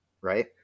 right